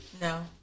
No